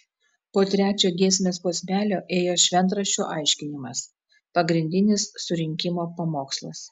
po trečio giesmės posmelio ėjo šventraščio aiškinimas pagrindinis surinkimo pamokslas